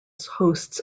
hosts